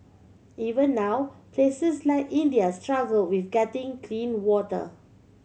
even now places like India struggle with getting clean water